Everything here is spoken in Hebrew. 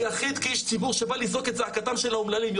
היחיד כאיש ציבור שבא לזעוק את זעקתם של האומללים.